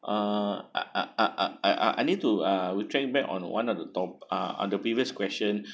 uh I I I I I I I need to uh return it back on one of the top~ uh uh the previous questions